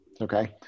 Okay